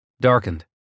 Darkened